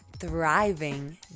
thriving